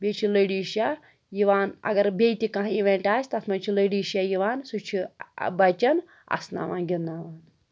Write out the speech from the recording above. بیٚیہِ چھِ لٔڈی شاہ یِوان اگر بیٚیہِ تہِ کانٛہہ اِوٮ۪نٛٹ آسہِ تَتھ منٛز چھِ لٔڈی شاہ یِوان سُہ چھُ بَچَن اَسناوان گِنٛدناوان